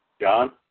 John